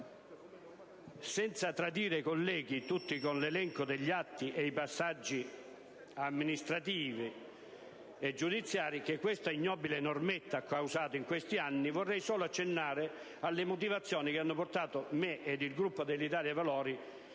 Senza tediare i colleghi tutti con l'elenco degli atti ed i passaggi amministrativi e giudiziari che questa ignobile "normetta" ha causato in questi anni, vorrei solo accennare alle motivazioni che mi hanno portato, insieme al Gruppo dell'Italia dei